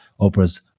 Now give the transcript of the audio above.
Oprah's